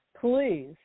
please